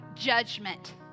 judgment